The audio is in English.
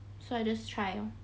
so I just try